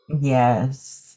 Yes